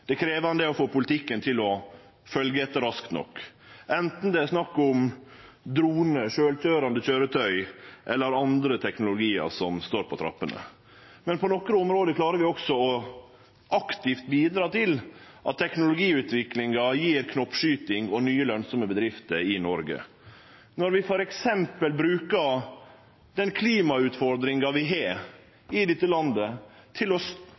Det er krevjande å få politikken til å følgje etter raskt nok – anten det er snakk om dronar, sjølvkøyrande køyretøy eller andre teknologiar som er på trappene. Men på nokre område klarer vi også aktivt å bidra til at teknologiutviklinga gjev knoppskyting og nye, lønsame bedrifter i Noreg. Når vi f.eks. bruker den klimautfordringa vi har i dette landet, til